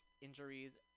Injuries